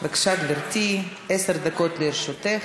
בבקשה, גברתי, עשר דקות לרשותך.